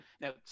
now